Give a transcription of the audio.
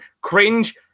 Cringe